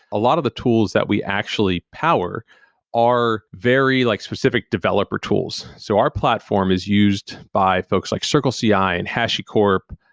a lot of the tools that we actually power are very like specific developer tools. so our platform is used by folks like circleci and hashicorp,